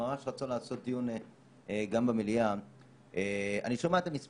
אני אומרת שהנתונים שדיברתי עליהם בבוקר בגלל